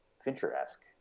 Fincher-esque